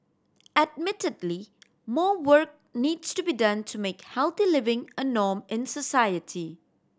admittedly more work needs to be done to make healthy living a norm in society